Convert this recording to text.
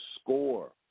score